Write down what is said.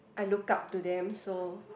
I look up to them so